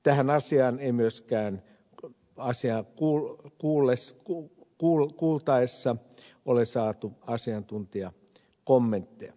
tähän asiaan ei myöskään on passi ja kuullut pullis kun asiaa kuultaessa ole saatu asiantuntijakommentteja